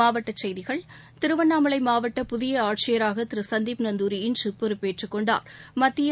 மாவட்டசெய்திகள் திருவண்ணாமலைமாவட்ட புதியஆட்சியராகதிருசந்தீப் நந்தூரி இன்றுபொறுப்பேற்றுக் கொண்டாா்